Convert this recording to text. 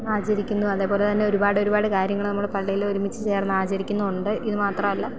ആചരിക്കുന്നു അതേപോലെ തന്നെ ഒരുപാട് ഒരുപാട് കാര്യങ്ങൾ നമ്മൾ പള്ളിയിൽ ഒരുമിച്ചു ചേർന്ന് ആചരിക്കുന്നുമുണ്ട് ഇത് മാത്രമല്ല